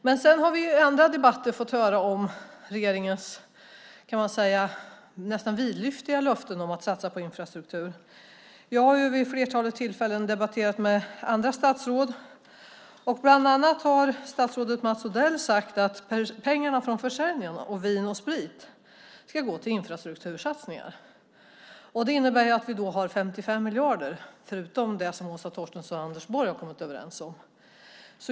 Men sedan har vi i andra debatter fått höra om regeringens nästan vidlyftiga löften om att satsa på infrastruktur. Jag har vid flertalet tillfällen debatterat med andra statsråd. Bland annat har statsrådet Mats Odell sagt att pengarna från försäljningen av Vin & Sprit ska gå till infrastruktursatsningar. Det innebär att vi då har 55 miljarder, förutom det som Åsa Torstensson och Anders Borg har kommit överens om.